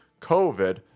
COVID